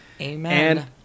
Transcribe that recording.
Amen